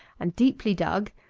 and deeply dug,